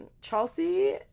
Chelsea